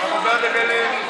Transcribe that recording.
בעד הגליל אנחנו.